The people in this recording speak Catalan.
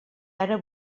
ara